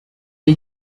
est